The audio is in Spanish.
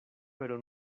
pero